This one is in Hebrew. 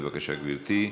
בבקשה, גברתי.